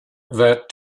that